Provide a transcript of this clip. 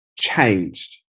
changed